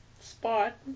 spot